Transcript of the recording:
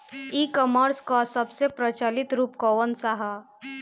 ई कॉमर्स क सबसे प्रचलित रूप कवन सा ह?